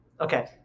Okay